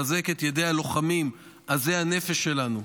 מחזק את ידי הלוחמים עזי הנפש שלנו,